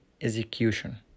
execution